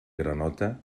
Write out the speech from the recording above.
granota